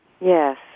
Yes